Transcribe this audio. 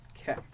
Okay